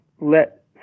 let